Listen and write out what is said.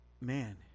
man